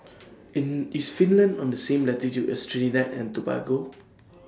in IS Finland on The same latitude as Trinidad and Tobago